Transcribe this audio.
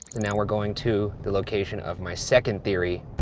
now we're going to the location of my second theory.